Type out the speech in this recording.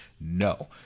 No